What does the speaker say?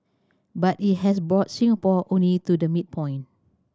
but it has brought Singapore only to the midpoint